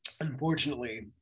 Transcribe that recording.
unfortunately